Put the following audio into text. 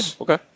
Okay